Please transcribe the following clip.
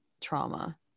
trauma